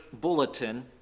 bulletin